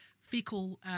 fecal